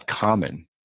common